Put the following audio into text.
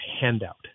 handout